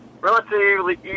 relatively